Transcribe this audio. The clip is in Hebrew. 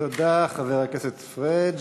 תודה, חבר הכנסת פריג'.